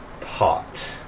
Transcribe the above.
Pot